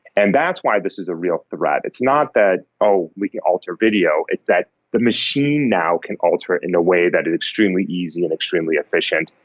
and that's why this is a real threat. it's not that, oh, we can alter video, it's that the machine now can alter it in a way that is extremely easy and extremely efficient,